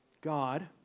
God